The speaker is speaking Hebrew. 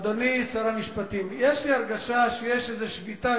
אדוני שר המשפטים, יש לי הרגשה שיש איזו שביתה